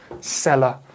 seller